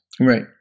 Right